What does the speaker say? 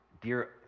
dear